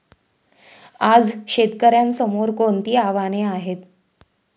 आज शेतकऱ्यांसमोर कोणती आव्हाने आहेत?